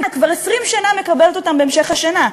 היא כבר 20 שנה מקבלת אותם בהמשך השנה,